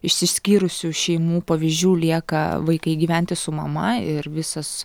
išsiskyrusių šeimų pavyzdžių lieka vaikai gyventi su mama ir visas